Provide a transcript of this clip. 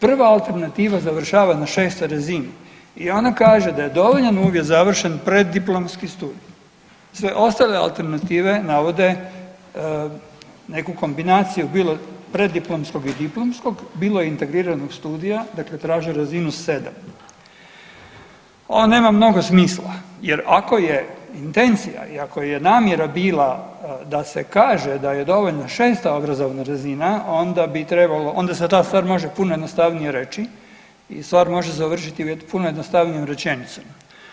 prva alternativa završava na 6. razini i ona kaže da je dovoljan uvjet završen preddiplomski studij, sve ostale alternative navode neku kombinaciju bilo preddiplomskog i diplomskog, bilo integriranog studija dakle traže razinu 7. Ovo nema mnogo smisla jer ako je intencija i ako je namjera bila da se kaže da je dovoljna 6. obrazovna razina onda se ta stvar može puno jednostavnije reći i stvar može završiti puno jednostavnijom rečenicom.